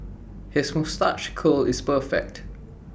his moustache curl is perfect